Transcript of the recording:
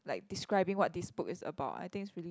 like describing what this book is about I think it's really